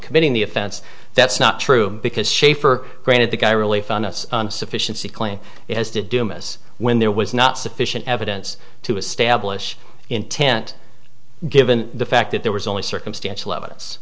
committing the offense that's not true because schaffer granted the guy really found us sufficiency claim it has to do miss when there was not sufficient evidence to establish intent given the fact that there was only circumstantial evidence